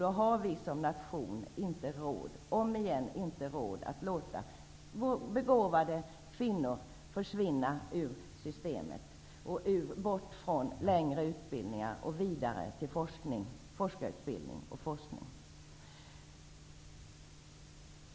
Då har vi som nation inte råd att låta begåvade kvinnor försvinna ur systemet och bort från längre utbildningar, forskarutbildning och forskning.